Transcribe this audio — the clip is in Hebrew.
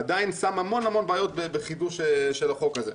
זה עדיין שם המון בעיות בחידוש החוק הזה,